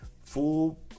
full